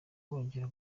wongera